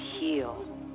heal